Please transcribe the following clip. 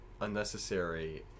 unnecessary